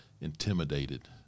intimidated